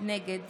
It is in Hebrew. נגד